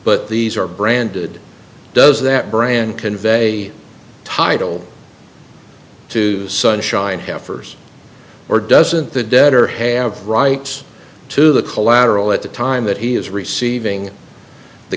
but these are branded does that brand convey title to sunshine heifers or doesn't the debtor have rights to the collateral at the time that he is receiving the